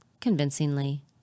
convincingly